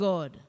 God